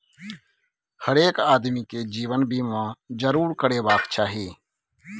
हरेक आदमीकेँ जीवन बीमा जरूर करेबाक चाही